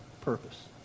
purpose